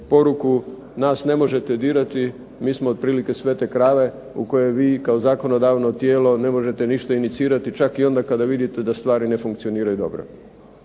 poruku nas ne možete dirati, mi smo otprilike svete krave u koje vi kao zakonodavno tijelo ne možete ništa inicirati čak i onda kada vidite da stvari ne funkcioniraju dobro.